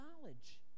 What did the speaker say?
knowledge